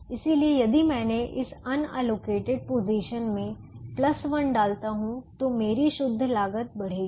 इसलिए यदि मैंने इस अनएलोकेटेड पोजीशन में 1 डालता हूं तो मेरी शुद्ध लागत बढ़ेगी